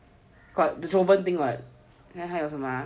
got joven thing [what] then 还有什么